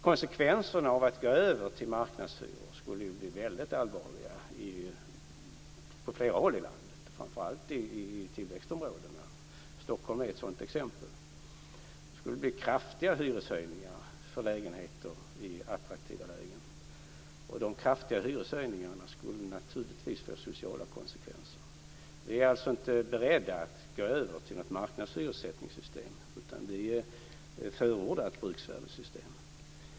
Konsekvenserna av att gå över till marknadshyror skulle bli väldigt allvarliga på flera håll i landet, framför allt i tillväxtområdena. Stockholm är ett sådant exempel. Det skulle bli kraftiga hyreshöjningar för lägenheter i attraktiva lägen, och de hyreshöjningarna skulle naturligtvis få sociala konsekvenser. Vi är alltså inte beredda att gå över till ett marknadshyressättningssystem, utan vi förordar ett bruksvärdessystem.